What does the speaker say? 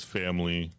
family